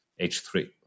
H3